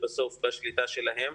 בסוף זה בשליטה שלהם.